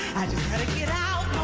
just got to get out